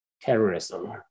terrorism